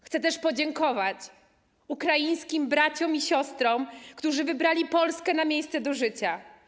Chcę też podziękować ukraińskim braciom i siostrom, którzy wybrali Polskę na miejsce do życia.